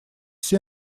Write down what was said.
все